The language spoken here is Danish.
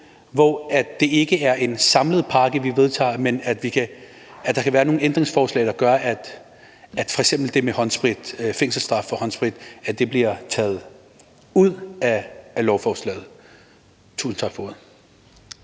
hvor det ikke er en samlet pakke, vi vedtager, men at der kan være nogle ændringsforslag, der gør, at f.eks. det med fængselsstraf for at stjæle håndsprit bliver taget ud af lovforslaget.